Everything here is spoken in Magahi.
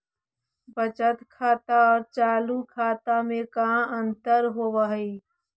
बचत खाता और चालु खाता में का अंतर होव हइ?